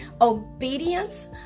obedience